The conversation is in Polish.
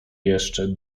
jeszcze